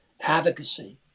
advocacy